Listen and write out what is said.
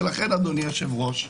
לכן אדוני היושב-ראש,